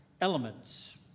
elements